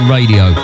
Radio